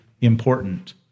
important